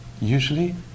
usually